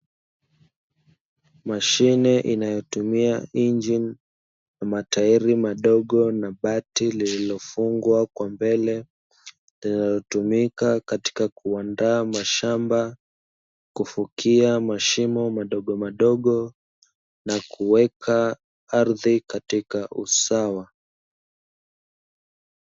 Mashine inayotumia injini na matairi madogo na bati liliofungwa kwa mbele inatumika katika kuandaa mashamba, kufunika mashimo madogomadogo na kuweka ardhi katika usawa.